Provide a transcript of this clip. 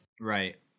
Right